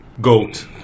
Goat